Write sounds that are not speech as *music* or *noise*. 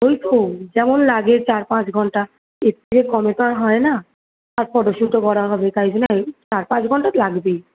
ওই তো যেমন লাগে চার পাঁচ ঘণ্টা এর থেকে কমে তো আর হয় না আর ফটো শুটও করা হবে *unintelligible* চার পাঁচ ঘণ্টা তো লাগবেই